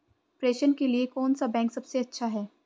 प्रेषण के लिए कौन सा बैंक सबसे अच्छा है?